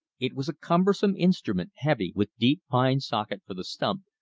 it was a cumbersome instrument, heavy, with deep pine socket for the stump,